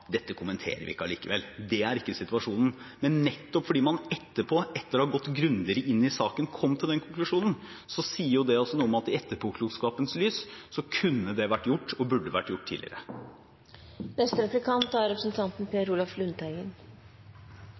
Dette kommenterer vi ikke likevel. Det er ikke situasjonen. Men nettopp fordi man etterpå, etter å ha gått grundigere inn i saken, kom til den konklusjonen, sier det noe om, i etterpåklokskapens lys, at det kunne vært gjort og burde vært gjort tidligere.